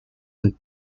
and